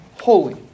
holy